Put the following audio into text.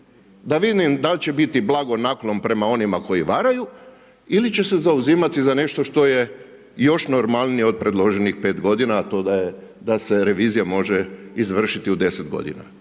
da vidim da li će biti blagonaklon prema onima koji varaju ili će se zauzimati za nešto što je još normalnije od predloženih 5 godina, a to je da se revizija može izvršiti u 10 godina.